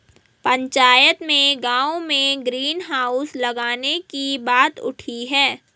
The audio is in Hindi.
पंचायत में गांव में ग्रीन हाउस लगाने की बात उठी हैं